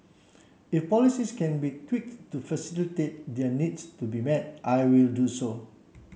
if policies can be tweaked to facilitate their needs to be met I will do so